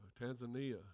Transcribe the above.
Tanzania